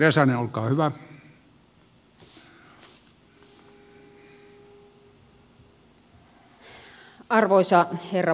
arvoisa herra puhemies